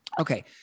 okay